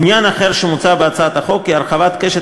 עניין אחר שמוצע בהצעת החוק הוא הרחבת קשת